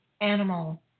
animal